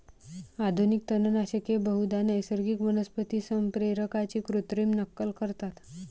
आधुनिक तणनाशके बहुधा नैसर्गिक वनस्पती संप्रेरकांची कृत्रिम नक्कल करतात